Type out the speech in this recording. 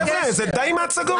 חבר'ה, די עם ההצגות.